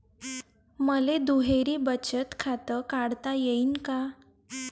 मले दुहेरी बचत खातं काढता येईन का?